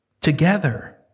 together